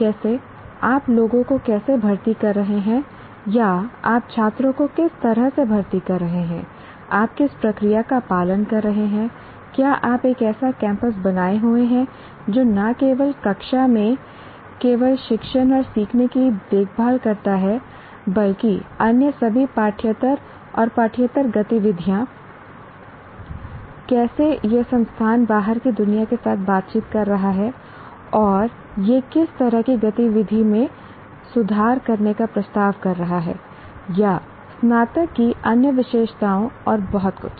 जैसे आप लोगों को कैसे भर्ती कर रहे हैं या आप छात्रों को किस तरह से भर्ती कर रहे हैं आप किस प्रक्रिया का पालन कर रहे हैं क्या आप एक ऐसा कैंपस बनाए हुए हैं जो न केवल कक्षा में केवल शिक्षण और सीखने की देखभाल करता है बल्कि अन्य सभी पाठ्येतर और पाठ्येतर गतिविधियाँ कैसे यह संस्थान बाहर की दुनिया के साथ बातचीत कर रहा है और यह किस तरह की गतिविधि में सुधार करने का प्रस्ताव कर रहा है या स्नातक की अन्य विशेषताओं और बहुत कुछ